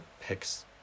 picks